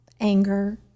anger